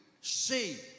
see